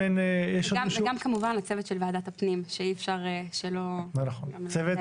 וגם כמובן לצוות של ועדת הפנים שאי אפשר שלא --- תודה רבה.